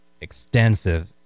extensive